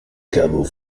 caveau